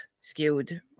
skewed